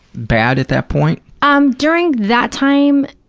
bad at that point? um during that time,